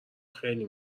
خیلی